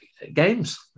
games